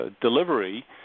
delivery